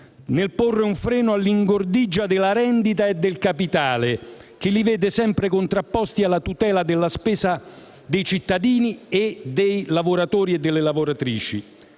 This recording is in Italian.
nel porre un freno all'ingordigia della rendita e del capitale, che li vede sempre contrapposti alla tutela della spesa dei cittadini e dei lavoratori e delle lavoratrici.